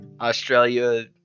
Australia